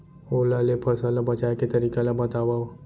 ओला ले फसल ला बचाए के तरीका ला बतावव?